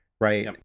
right